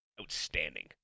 outstanding